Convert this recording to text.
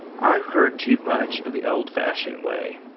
i've heard too much of the old-fashioned way.